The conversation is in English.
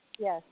Yes